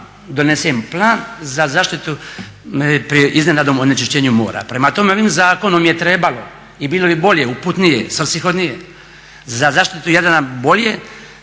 donesen plan za zaštitu pri iznenadnom onečišćenju mora. Prema tome, ovim zakonom je trebalo i bilo bi bolje, uputnije, svrsihodnije za zaštitu Jadrana bolje